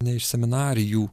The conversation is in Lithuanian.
ne iš seminarijų